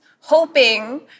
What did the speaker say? hoping